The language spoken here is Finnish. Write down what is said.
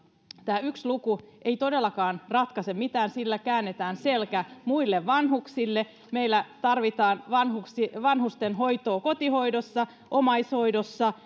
tämä yksi luku ei todellakaan ratkaise mitään sillä käännetään selkä muille vanhuksille meillä tarvitaan vanhustenhoitoa kotihoidossa omaishoidossa